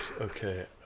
Okay